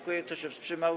Kto się wstrzymał?